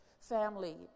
family